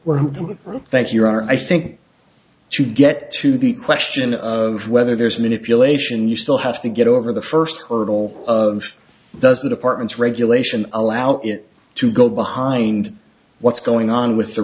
from thank you are i think to get to the question of whether there's manipulation you still have to get over the first hurdle does the department's regulation allow it to go behind what's going on with the